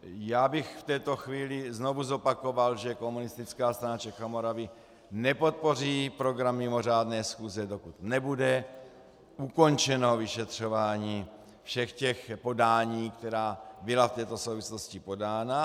Já bych v této chvíli znovu zopakoval, že Komunistická strana Čech a Moravy nepodpoří program mimořádné schůze, dokud nebude ukončeno vyšetřování všech těch podání, která byla v této souvislosti podána.